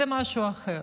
זה משהו אחר.